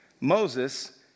Moses